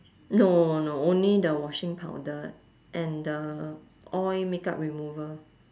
no no only the washing powder and the oil makeup remover